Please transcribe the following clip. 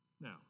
Now